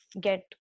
get